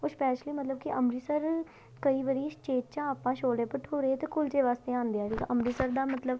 ਉਹ ਸਪੈਸ਼ਲੀ ਮਤਲਬ ਕਿ ਅੰਮ੍ਰਿਤਸਰ ਕਈ ਵਾਰੀ ਉਚੇਚਾ ਆਪਾਂ ਛੋਲੇ ਭਟੂਰੇ ਅਤੇ ਕੁਲਚੇ ਵਾਸਤੇ ਆਉਂਦੇ ਹਾਂ ਠੀਕ ਆ ਅੰਮ੍ਰਿਤਸਰ ਦਾ ਮਤਲਬ